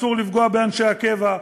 אסור לפגוע באנשי הקבע,